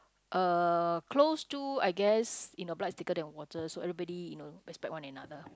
uh close to I guess you know blood is thicker than water so everybody you know respect one another